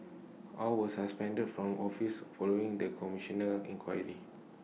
all were suspended from office following the Commissioner's inquiry